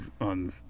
on